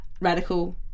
radical